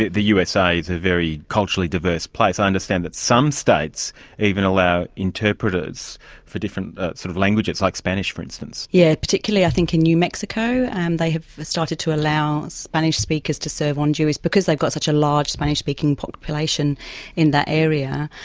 the usa is a very culturally diverse place i understand that some states even allow interpreters for different sort of languages, like spanish for instance. yeah, particularly i think in new mexico and they have started to allow spanish speakers to serve on juries because they've got such a large spanish speaking population in that area.